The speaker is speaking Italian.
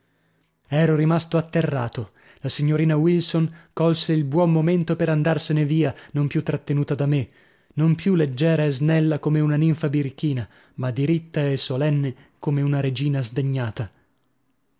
ero rimasto atterrato la signorina wilson colse il buon momento per andarsene via non più trattenuta da me non più leggera e snella come una ninfa birichina ma diritta e solenne come una regina sdegnata